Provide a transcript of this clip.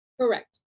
Correct